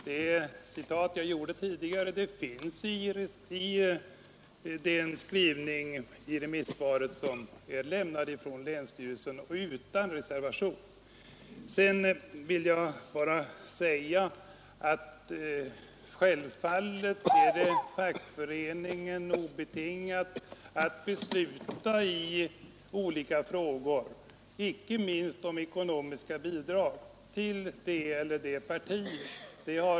Det citat jag återgav tidigare finns i skrivningen i remissvaret från länsstyrelsen — och utan reservation. Självfallet är det fackföreningen obetaget att besluta i olika frågor, inte minst om ekonomiska bidrag till det eller det partiet.